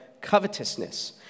covetousness